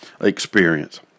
experience